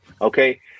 Okay